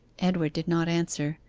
edward did not answer,